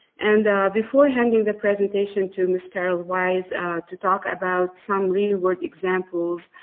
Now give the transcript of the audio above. and before handing the presentation to miss carol weis to talk about some real world examples